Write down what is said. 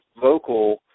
vocal